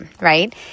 right